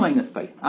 কেন π